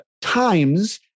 times